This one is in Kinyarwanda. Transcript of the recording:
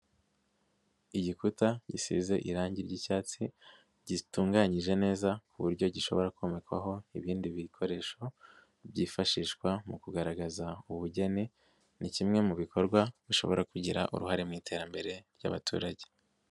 Igikuta gisize irangi ry'icyatsi gitunganyije neza ku buryo gishobora komekwaho ibindi bikoresho byifashishwa mu kugaragaza ubugeni, ni kimwe mu bikorwa bishobora kugira uruhare mu iterambere ry'abaturage.